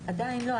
עדיין לא.